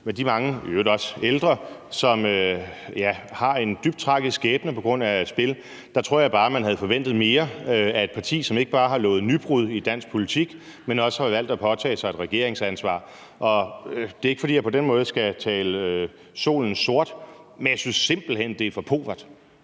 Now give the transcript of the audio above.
med de mange i øvrigt også ældre, som har en dybt tragisk skæbne på grund af spil, tror jeg bare at man havde forventet mere af et parti, som ikke bare har lovet nybrud i dansk politik, men også har valgt at påtage sig et regeringsansvar. Det er ikke, fordi jeg på den måde skal tale solen sort, men jeg synes simpelt hen, det er for pauvert,